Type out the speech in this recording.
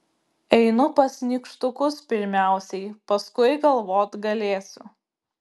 einu pas nykštukus pirmiausiai paskui galvot galėsiu